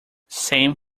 same